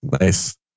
nice